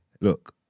look